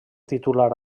titular